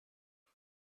ich